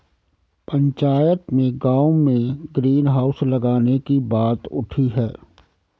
पंचायत में गांव में ग्रीन हाउस लगाने की बात उठी हैं